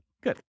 good